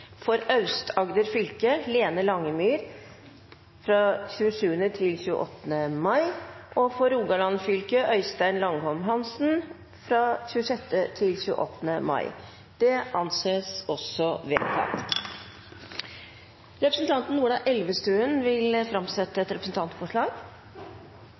For Aust-Agder fylke: Lene Langemyr 27.–28. mai For Rogaland fylke: Øystein Langholm Hansen 26.–28. mai Representanten Ola Elvestuen vil framsette et representantforslag.